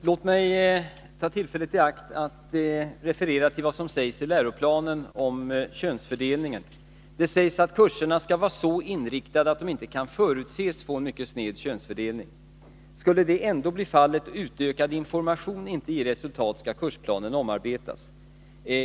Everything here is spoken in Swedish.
Fru talman! Låt mig ta tillfället i akt att referera till vad som sägs i läroplanen om könsfördelningen. Det sägs att kurserna skall vara så inriktade att de inte kan förutses få en mycket sned könsfördelning och att, om detta ändå skulle bli fallet och utökad information inte ger resultat, kursplanen skall omarbetas.